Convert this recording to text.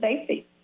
safety